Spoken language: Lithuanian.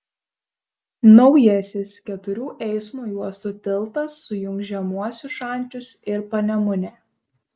naujasis keturių eismo juostų tiltas sujungs žemuosius šančius ir panemunę